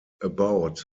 about